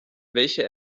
welche